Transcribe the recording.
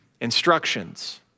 instructions